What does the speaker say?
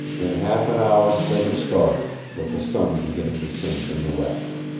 in half an hour they had started, with the sun beginning to sink in the west.